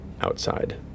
outside